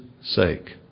sake